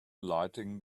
lighting